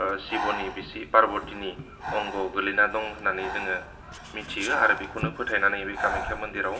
सिब'नि बिसि पारबतिनि अंग' गोग्लैना दङ होननानै जोङो मिथियो आरो बेखौनो फोथायनानै बे कामाख्या मन्दिराव